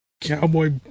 cowboy